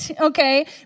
Okay